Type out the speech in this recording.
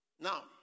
Now